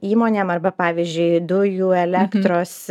įmonėm arba pavyzdžiui dujų elektros